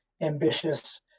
ambitious